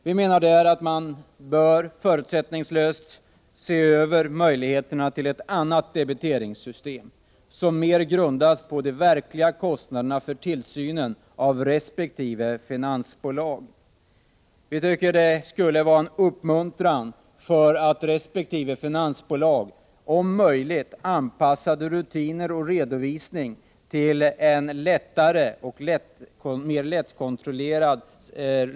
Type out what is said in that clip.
Vi anser att man förutsättningslöst bör se över möjligheterna till ett annat debiteringssystem som mer grundas på de verkliga kostnaderna för tillsynen av resp. finansbolag. Det vore en uppmuntran för finansbolagen att införa rutiner som gör att redovisningen blir enklare och lättare att kontrollera.